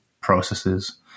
processes